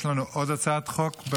יש לנו עוד הצעת חוק,